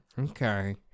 Okay